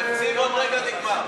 סעיף תקציבי 89,